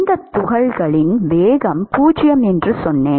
இந்த துகள்களின் வேகம் 0 என்று சொன்னோம்